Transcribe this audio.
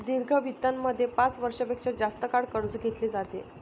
दीर्घ वित्तामध्ये पाच वर्षां पेक्षा जास्त काळ कर्ज घेतले जाते